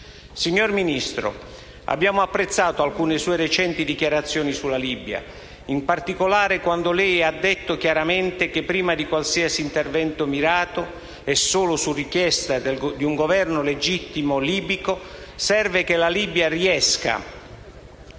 Signor Ministro, abbiamo apprezzato alcune sue recenti dichiarazioni sulla Libia, in particolare quando lei ha detto chiaramente che, prima di qualsiasi intervento mirato, e solo su richiesta di un Governo libico legittimo, serve che la Libia riesca